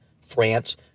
France